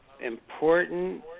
important